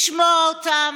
לשמוע אותם?